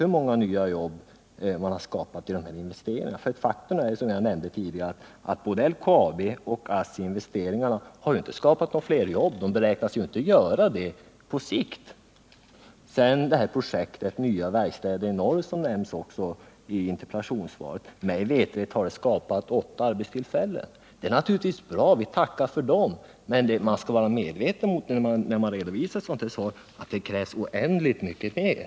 Hur många nya jobb har man skapat med de här investeringarna? Faktum är, som jag nämnde tidigare, att varken LKAB investeringarna eller ASSI-investeringarna har skapat några fler jobb, och de beräknas inte göra det på sikt. Projektet Nya verkstäder i norr har mig veterligt skapat åtta arbetstillfällen. Det är naturligtvis bra. Vi tackar för dem. Men man skall vara medveten om, när man redovisar ett sådant här svar, att det krävs oändligt mycket mer.